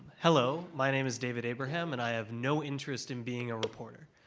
hello, my name is david abraham, and i have no interest in being a reporter.